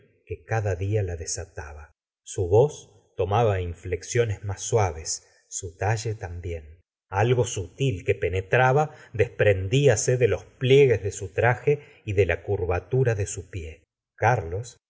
que cada día la desataba su voz tomaba inflexiones más suaves su talle también algo sutil que penetraba desprendíase de los pliegues de su traje y de la curvatura de su pie carlos